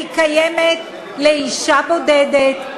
היא קיימת לאישה בודדת,